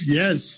yes